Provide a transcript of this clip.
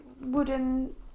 wooden